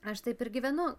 aš taip ir gyvenu